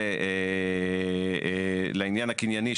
לעניין הקנייני,